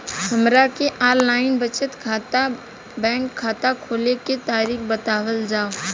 हमरा के online बचत बैंक खाता खोले के तरीका बतावल जाव?